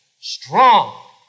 strong